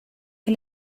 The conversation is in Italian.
che